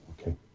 Okay